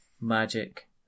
magic